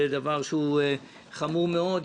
זה דבר שהוא חמור מאוד.